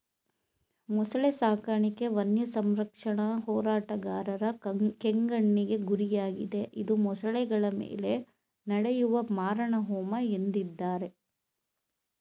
ಮೊಸಳೆ ಸಾಕಾಣಿಕೆ ವನ್ಯಸಂರಕ್ಷಣಾ ಹೋರಾಟಗಾರರ ಕೆಂಗಣ್ಣಿಗೆ ಗುರಿಯಾಗಿದೆ ಇದು ಮೊಸಳೆಗಳ ಮೇಲೆ ನಡೆಯುವ ಮಾರಣಹೋಮ ಎಂದಿದ್ದಾರೆ